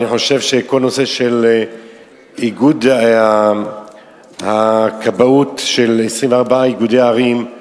אני חושב שכל הנושא של איגוד הכבאות של 24 איגודי ערים,